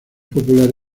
popular